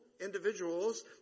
individuals